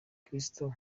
kristo